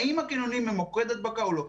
האם הקניונים הם מוקד הדבקה או לא?